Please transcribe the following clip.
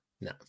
No